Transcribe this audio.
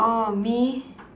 oh me